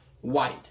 white